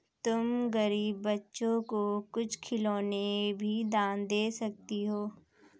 तुम गरीब बच्चों को कुछ खिलौने भी दान में दे सकती हो